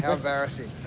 ah embarrassing,